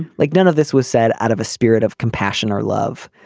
like none of this was said out of a spirit of compassion or love.